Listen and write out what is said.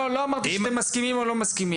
לא אמרתי שאתם מסכימים או לא מסכימים,